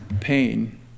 pain